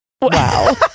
wow